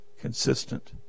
consistent